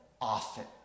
often